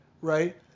right